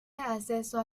acceso